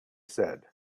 said